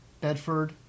Bedford